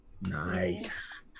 Nice